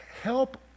help